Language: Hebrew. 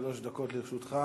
שלוש דקות לרשותך.